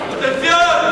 תצאי את.